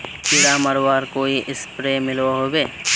कीड़ा मरवार कोई स्प्रे मिलोहो होबे?